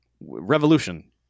Revolution